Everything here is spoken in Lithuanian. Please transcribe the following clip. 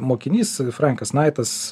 mokinys frankas naitas